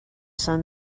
sun